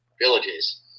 villages